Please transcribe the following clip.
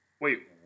wait